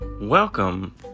Welcome